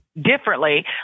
differently